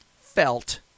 felt